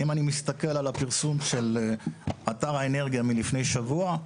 כשאני מתסכל על הפרסום של אתר האנרגיה מלפני שבוע,